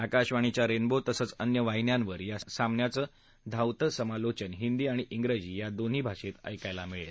आकाशवाणीच्या रेनबो तसंच अन्य फ्रीक्वेन्सीजवर या सामन्यांचं धावत समालोचन हिंदी आणि इंग्रजी या दोन्ही भाषेत ऐकायला मिळेल